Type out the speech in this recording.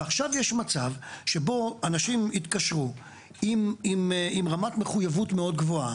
עכשיו יש מצב שבו אנשים התקשרו עם רמת מחויבות מאוד גבוהה,